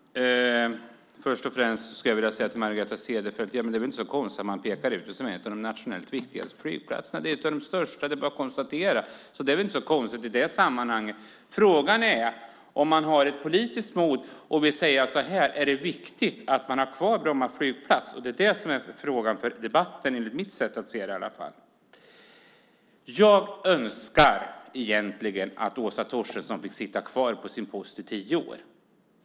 Herr talman! Först och främst skulle jag vilja säga till Margareta Cederfelt att det inte är konstigt att man pekar ut den som en av de nationellt viktigaste flygplatserna. Det är en av de största. Det är bara att konstatera. Det är väl inte så konstigt i det sammanhanget. Frågan är om man har ett politiskt mod och vill säga så här: Är det viktigt att man har kvar Bromma flygplats? Det är det som är frågan för debatten, enligt mitt sätt att se det i alla fall. Jag önskar egentligen att Åsa Torstensson fick sitta kvar på sin post i tio år.